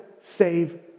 save